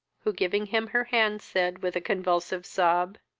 who, giving him her hand, said, with a convulsive sob,